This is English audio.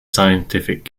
scientific